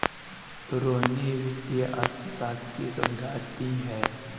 रोहिणी वित्तीय अर्थशास्त्र की शोधार्थी है